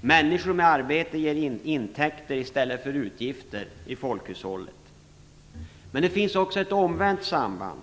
Människor i arbete ger intäkter i stället för utgifter i folkhushållet. Men det finns också ett omvänt samband.